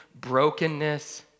brokenness